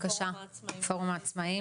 גור, פורום העצמאים.